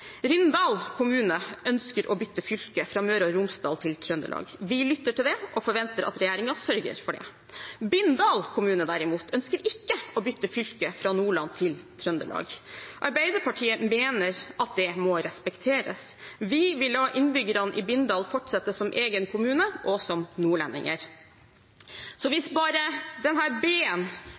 Rindal kommune ønsker å bytte fylke fra Møre og Romsdal til Trøndelag. Vi lytter til det og forventer at regjeringen sørger for det. Bindal kommune, derimot, ønsker ikke å bytte fylke fra Nordland til Trøndelag. Arbeiderpartiet mener at det må respekteres. Vi vil la innbyggerne i Bindal fortsette som egen kommune og som nordlendinger. Så hvis bare